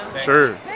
Sure